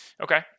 Okay